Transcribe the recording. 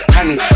Honey